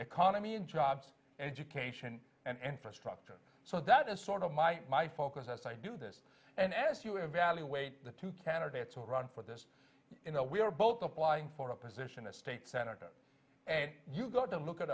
economy and jobs education and infrastructure so that is sort of my my focus as i do this and as you evaluate the two candidates who run for this you know we are both applying for a position a state senator and you've got to look at